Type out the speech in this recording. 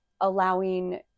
allowing